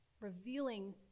revealing